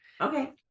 Okay